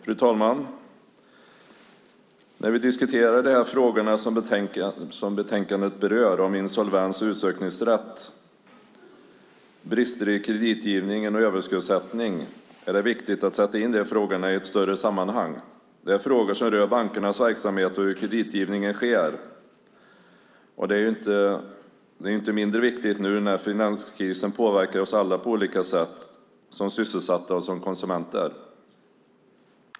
Fru talman! När vi diskuterar de frågor som berörs i betänkandet, insolvens och utsökningsrätt, brister i kreditgivningen och överskuldsättning, är det viktigt att sätta in frågorna i ett större sammanhang. Det är frågor som rör bankernas verksamhet och hur kreditgivningen sker. Det är ju inte mindre viktigt nu när finanskrisen påverkar oss alla på olika sätt, som sysselsatta och som konsumenter.